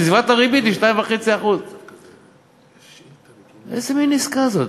שסביבת הריבית היא 2.5%. איזה מין עסקה זו?